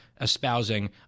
espousing